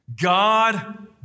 God